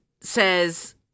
says